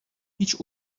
هیچ